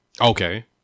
okay